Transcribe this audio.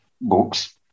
books